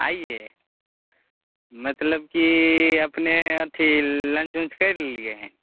आइए मतलब कि अपने अथी लन्च उन्च करि लेलिए